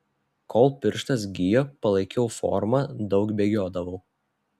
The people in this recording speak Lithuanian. kol pirštas gijo palaikiau formą daug bėgiodavau